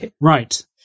Right